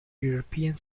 european